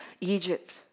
Egypt